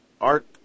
art